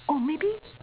oh maybe